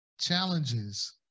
challenges